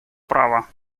права